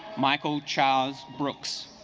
michael charles brooks